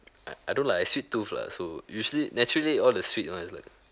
I I don't lah I sweet tooth lah so usually naturally all the sweet ones like